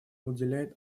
уделяет